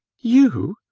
you!